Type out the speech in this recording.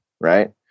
Right